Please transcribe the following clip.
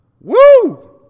Woo